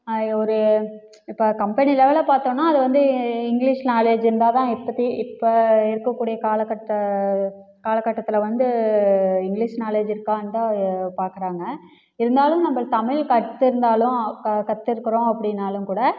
ஒரு இப்போ கம்பெனி லெவெலில் பார்த்தோன்னா அது வந்து இங்கிலீஷ் நாலேஜு இருந்தால் தான் இப்பத்தி இப்போ இருக்க கூடியே கால கட்ட கால கட்டத்தில் வந்து இங்கிலீஷு நாலேஜு இருக்கானு தான் பார்க்குறாங்க இருந்தாலும் நம்ம தமிழ் கற்றுருந்தாலும் கற்றுருக்குறோம் அப்படினாலும் கூட